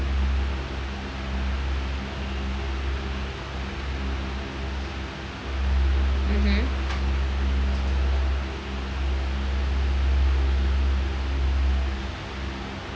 mmhmm